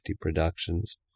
productions